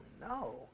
no